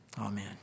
Amen